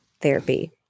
therapy